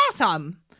awesome